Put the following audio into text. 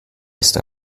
ist